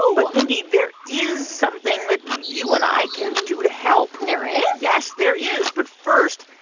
but, mindy, there is something that you and i can do to help there is? yes, there is. but, first,